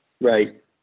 right